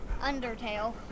undertale